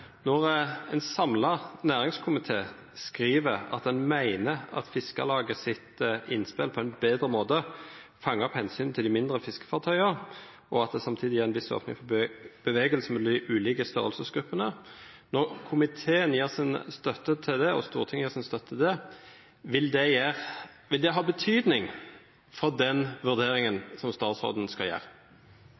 Når ein samla næringskomité skriv at ein meiner at Fiskarlagets innspel på ein betre måte «fanger opp hensynet til de mindre fiskefartøyene samtidig som det gis en viss åpning for bevegelse mellom de ulike størrelsesgruppene», og når komiteen og Stortinget gjev si støtte til det, vil det ha betyding for den vurderinga som statsråden skal gjere?